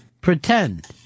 pretend